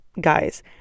guys